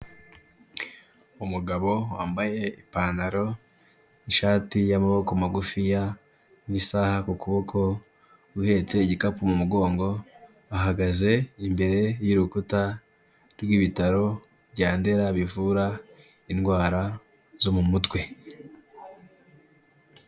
Umugabo wambaye ipantaro n'ishati y'amaboko magufiya n'isaha ku kuboko uhetse igikapu mu mugongo, ahagaze imbere y'urukuta rw'ibitaro bya ndera bivura indwara zo mu mutwe.